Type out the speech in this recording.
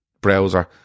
browser